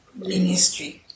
Ministry